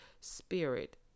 spirit